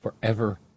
Forever